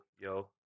yo